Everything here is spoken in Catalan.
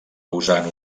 usant